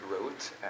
wrote